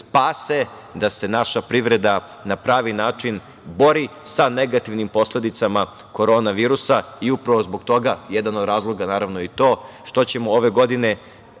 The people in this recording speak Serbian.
da se naša privreda na pravi način bori sa negativnim posledicama korona virusa. Upravo zbog toga, jedan od razloga je naravno i to što ove godine